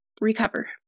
recover